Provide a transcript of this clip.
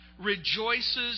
rejoices